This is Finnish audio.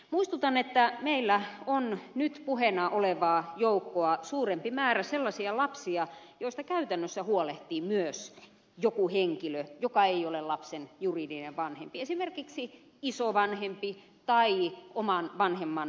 muistutan että meillä on nyt puheena olevaa joukkoa suurempi määrä sellaisia lapsia joista käytännössä huolehtii myös joku henkilö joka ei ole lapsen juridinen vanhempi esimerkiksi isovanhempi tai oman vanhemman puoliso